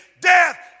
death